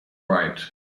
right